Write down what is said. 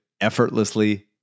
effortlessly